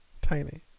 Tiny